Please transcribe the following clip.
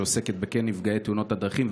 שעוסקת בנפגעי תאונות הדרכים,